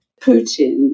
Putin